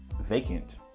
vacant